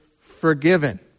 forgiven